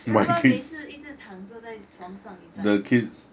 ya 不然每次躺着在床上 is like